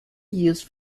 used